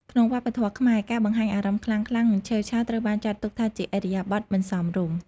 ក្នុងវប្បធម៌៌ខ្មែរ ការបង្ហាញអារម្មណ៍ខ្លាំងៗ និង ឆេវឆាវត្រូវបានចាត់ទុកថាជាឥរិយាបថមិនសមរម្យ។